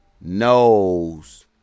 knows